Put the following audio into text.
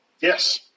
Yes